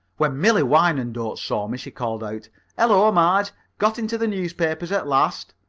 when millie wyandotte saw me, she called out hello, marge! got into the newspapers at last?